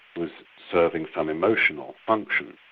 was serving some emotional function.